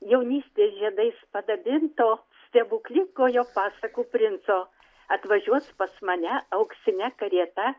jaunystės žiedais padabinto stebuklingojo pasakų princo atvažiuos pas mane auksine karieta